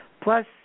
Plus